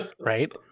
right